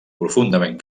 profundament